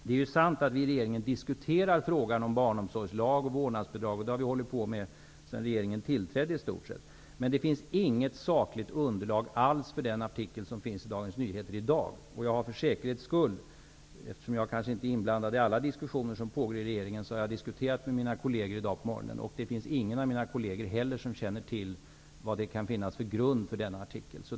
Det är sant att vi i regeringen diskuterar frågan om barnomsorgslag och vårdnadsbidrag. Det har vi hållit på med nästan sedan regeringen tillträdde. Det finns inget sakligt underlag alls för den artikel som finns i Dagens Nyheter i dag. Eftersom jag inte är inblandad i alla dikussioner som pågår i regeringen, har jag för säkerhets skull diskuterat med mina kolleger på morgonen, och ingen av dem känner till vad det finns för grund för denna artikel.